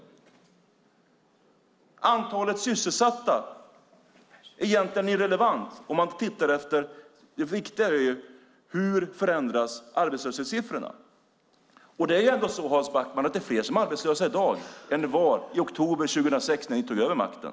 Antalet sysselsatta är egentligen irrelevant om man tittar efter hur arbetslöshetssiffrorna förändras. Det är fler, Hans Backman, som är arbetslösa i dag än i oktober 2006 när ni tog över makten.